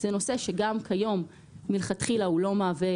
זה נושא שגם כיום מלכתחילה הוא לא מהווה